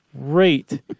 great